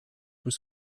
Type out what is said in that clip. was